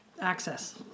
access